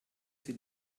sie